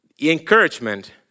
encouragement